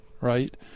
right